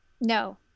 No